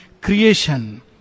creation